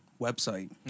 website